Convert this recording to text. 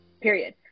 Period